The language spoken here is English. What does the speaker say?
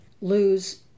lose